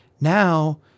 Now